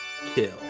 Kill